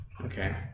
Okay